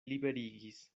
liberigis